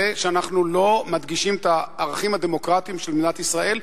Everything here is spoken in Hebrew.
שאנחנו לא מדגישים את הערכים הדמוקרטיים של מדינת ישראל,